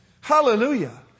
Hallelujah